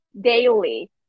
daily